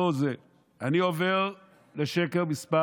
אני עובר לשקר מס'